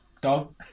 Dog